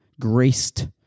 graced